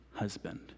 husband